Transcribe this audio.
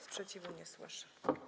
Sprzeciwu nie słyszę.